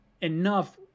enough